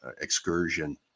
excursion